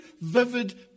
vivid